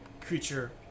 creature